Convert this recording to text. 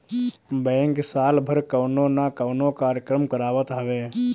bank साल भर कवनो ना कवनो कार्यक्रम करावत हवे